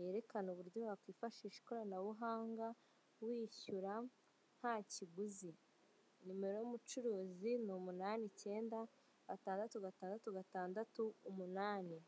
yerekana uburyo wakwifashisha ikoranabuhanga wishyura ntakiguzi, nimero y'umucuruzi n'umunani icyenda gatandatu, gatandatu, gatandatu, umunani,